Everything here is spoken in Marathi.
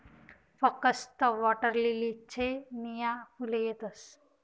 फकस्त वॉटरलीलीलेच नीया फुले येतस